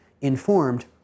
informed